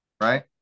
right